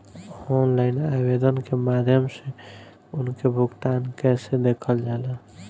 Online आवेदन के माध्यम से उनके भुगतान कैसे देखल जाला?